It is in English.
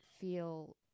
feel